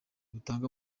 butanga